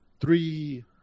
three